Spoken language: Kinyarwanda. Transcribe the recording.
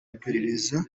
iperereza